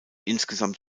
insgesamt